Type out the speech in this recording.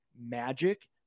magic